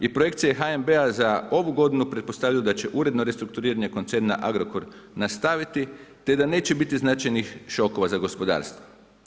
I projekcije HNB-a za ovu godinu pretpostavljaju da će uredno restrukturiranje koncerna Agrokor nastaviti, te da neće biti značajnih šokova za gospodarstvo.